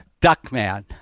Duckman